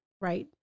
right